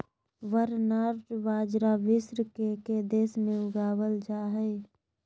barnyard बाजरा विश्व के के देश में उगावल जा हइ